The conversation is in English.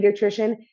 pediatrician